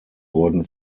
wurden